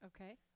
Okay